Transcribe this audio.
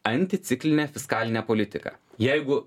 anticiklinę fiskalinę politiką jeigu